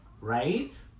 Right